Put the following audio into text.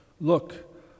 look